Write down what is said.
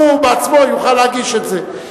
הוא עצמו יוכל להגיש את זה,